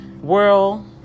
world